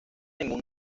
ningún